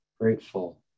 Grateful